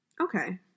Okay